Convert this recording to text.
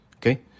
Okay